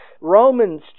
Romans